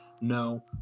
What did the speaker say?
no